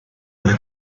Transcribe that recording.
where